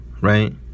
Right